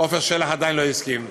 עפר שלח עדיין לא הסכים.